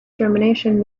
germination